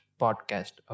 podcast